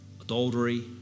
adultery